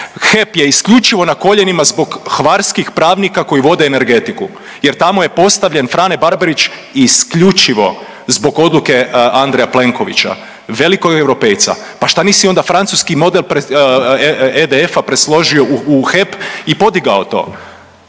HEP je isključivo na koljenima zbog hvarskih pravnika koji vode energetiku jer tamo je postavljen Frane Barbarić isključivo zbog odluke Andreja Plenkovića, velikog europejca. Pa šta nisi onda francuski model EDF-a presložio u HEP i podigao to?